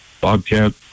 Bobcat